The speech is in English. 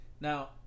now